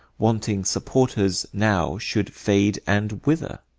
wanting supporters, now should fade and wither.